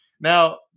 Now